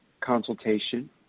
consultation